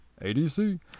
ADC